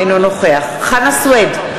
אינו נוכח חנא סוייד,